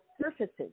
surfaces